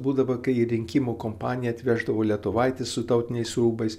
būdavo kai į rinkimų kompaniją atveždavo lietuvaitis su tautiniais rūbais